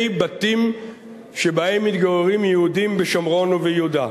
בתים שבהם מתגוררים יהודים בשומרון וביהודה.